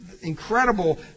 incredible